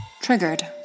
Triggered